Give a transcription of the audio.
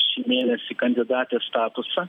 šį mėnesį kandidatės statusą